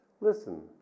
Listen